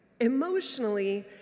emotionally